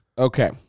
Okay